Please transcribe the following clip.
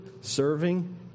serving